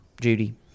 Judy